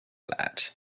that